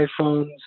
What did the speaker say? iPhones